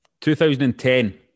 2010